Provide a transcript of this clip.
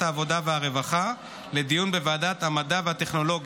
העבודה והרווחה לדיון בוועדת המדע והטכנולוגיה,